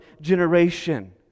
generation